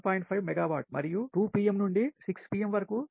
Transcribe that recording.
5 megawatt మరియు 2 pm నుండి 6 pm వరకు 2